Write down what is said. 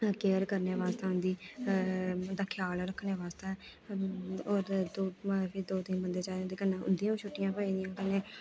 care करने बास्तै उं'दी उं'दा ख्याल रक्खने बास्तै होर मतलब कि दो तिन बंदे चाहिदे उंदियां बी छुट्टियां भजदियां कन्नै